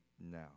now